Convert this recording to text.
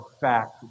fact